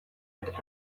had